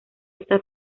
esta